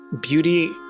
beauty